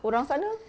orang sana